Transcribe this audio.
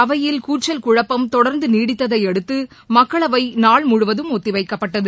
அவையில் கூச்சல் குழப்பம் தொடா்ந்து நீடித்ததை அடுத்து மக்களவை நாள் முழுவதும் ஒத்திவைக்கப்பட்டது